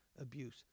abuse